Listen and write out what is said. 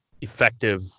effective